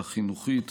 החינוכית